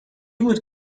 بود